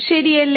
ശരിയല്ലേ